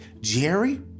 Jerry